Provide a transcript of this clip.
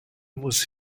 was